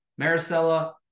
Maricela